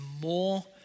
more